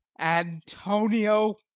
antonio!